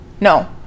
no